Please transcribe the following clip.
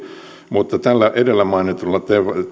mutta tällä edellä mainitulla